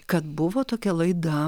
kad buvo tokia laida